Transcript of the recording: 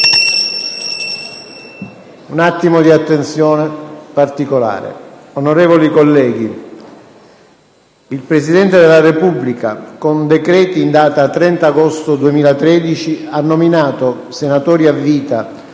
una nuova finestra"). Onorevoli colleghi, il Presidente della Repubblica, con decreto in data 30 agosto 2013, ha nominato senatori a vita,